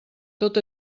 tot